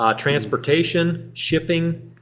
um transportation, shipping,